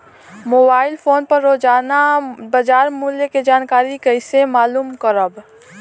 Mobile phone पर रोजाना बाजार मूल्य के जानकारी कइसे मालूम करब?